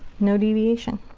no deviation.